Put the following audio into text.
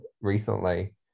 recently